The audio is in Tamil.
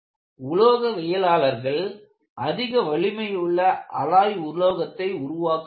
உலோகவியலாளர்கள் அதிக வலிமை உள்ள அலாய் உலோகத்தை உருவாக்குகின்றனர்